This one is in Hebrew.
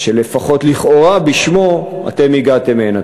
שלפחות לכאורה בשמו אתם הגעתם הנה.